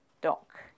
dock